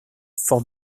fort